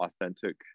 authentic